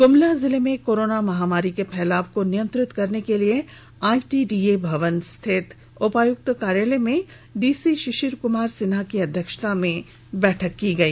गुमला जिले में कोरोना महामारी के फैलाव को नियंत्रित करने के लिए आईटीडीए भवन स्थित उपायुक्त कार्यालय में डीसी शिशिर कुमार सिन्हा की अध्यक्षता में बैठक हुई